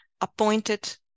appointed